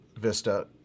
Vista